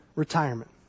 retirement